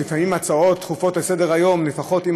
לפעמים הצעות דחופות לסדר-היום נהפכות עם